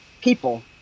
people